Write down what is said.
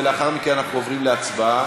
ולאחר מכן אנחנו עוברים להצבעה.